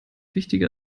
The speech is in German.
wichtiger